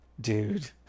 dude